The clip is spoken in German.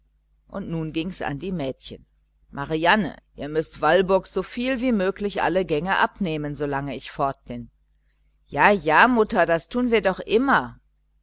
und nun ging's an die mädchen marianne ihr müßt walburg soviel wie möglich alle gänge abnehmen solange ich fort bin ja ja mutter das tun wir doch immer